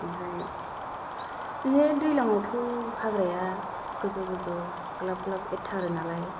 ओमफ्राय बे दैज्लाङावथ' हाग्राया गोजौ गोजौ ग्लाब ग्लाब एरथारो नालाय